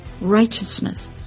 righteousness